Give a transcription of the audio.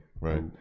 right